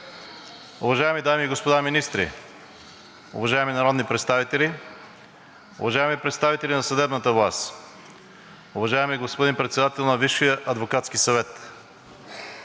уважаеми дами и господа министри, уважаеми народни представители, уважаеми представители на съдебната власт, уважаеми господин Председател на Висшия адвокатски съвет,